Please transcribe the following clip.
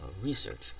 research